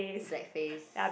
black face